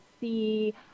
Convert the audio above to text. see